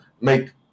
make